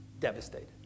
devastated